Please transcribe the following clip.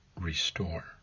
restore